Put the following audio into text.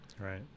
Right